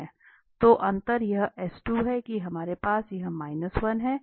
तो अंतर यह है कि हमारे पास यह 1 है